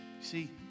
see